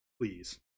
please